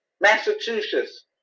Massachusetts